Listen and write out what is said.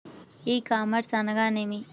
ఈ కామర్స్ అనగానేమి?